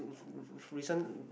recent